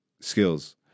skills